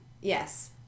Yes